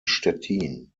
stettin